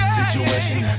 Situation